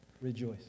rejoice